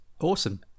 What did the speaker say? awesome